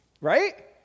Right